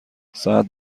ساعت